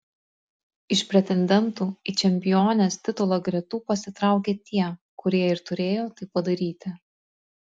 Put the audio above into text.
iš pretendentų į čempionės titulą gretų pasitraukė tie kurie ir turėjo tai padaryti